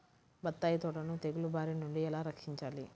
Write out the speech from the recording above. బత్తాయి తోటను తెగులు బారి నుండి ఎలా రక్షించాలి?